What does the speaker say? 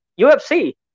UFC